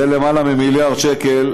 למעלה ממיליארד שקל,